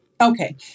Okay